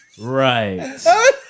right